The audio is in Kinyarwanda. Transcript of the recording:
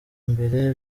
mbere